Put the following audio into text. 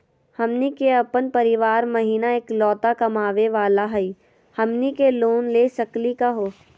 हमनी के अपन परीवार महिना एकलौता कमावे वाला हई, हमनी के लोन ले सकली का हो?